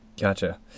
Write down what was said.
gotcha